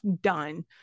done